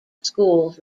schools